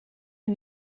est